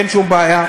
אין שום בעיה.